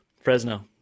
Fresno